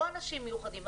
לא אנשים מיוחדים,